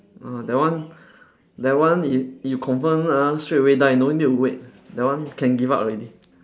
mm that one that one you you confirm ah straightaway die no need to wait that one can give up already